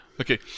Okay